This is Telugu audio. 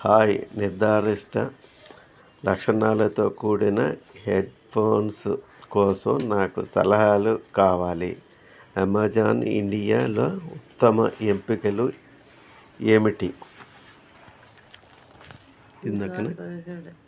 హాయ్ నిర్దారిష్ట లక్షణాలతో కూడిన హెడ్ ఫోన్స్ కోసం నాకు సలహాలు కావాలి అమెజాన్ ఇండియాలో ఉత్తమ ఎంపికలు ఏమిటి